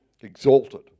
Exalted